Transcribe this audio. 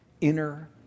inner